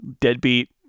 deadbeat